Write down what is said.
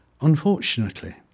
Unfortunately